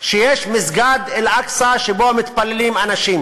שיש מסגד אל-אקצא שמתפללים בו אנשים,